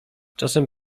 czasem